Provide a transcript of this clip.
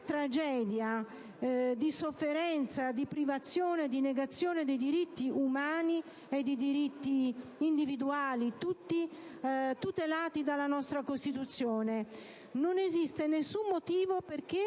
tragedia di sofferenza, di privazione, di negazione dei diritti umani e dei diritti individuali tutelati dalla nostra Costituzione. Non esiste nessun motivo per